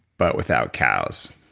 but without cows.